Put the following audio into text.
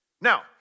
Now